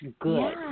good